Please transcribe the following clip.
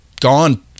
gone